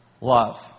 Love